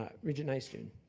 um regent nystuen.